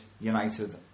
United